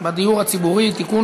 בדיור הציבורי (תיקון,